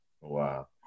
Wow